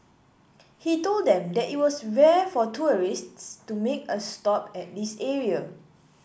he told them that it was rare for tourists to make a stop at this area